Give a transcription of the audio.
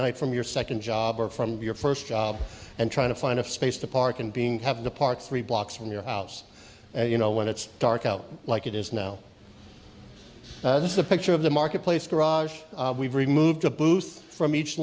night from your second job or from your first and trying to find a space to park and being have to park three blocks from your house you know when it's dark out like it is now this is a picture of the marketplace garage we've removed a booth from each